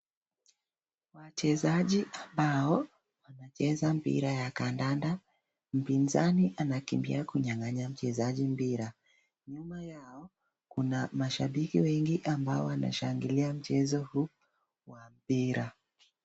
Wachezaji ambao wanacheza mpira ya kandanda. Mpinzani anakimbia kunyang'anya mchezaji mpira, nyuma yao kuna mashabiki wengi ambao wanashangilia mchezo huu wa mpira.